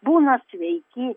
būna sveiki